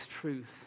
truth